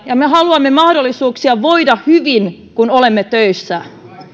ja me haluamme mahdollisuuksia voida hyvin kun olemme töissä